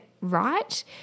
right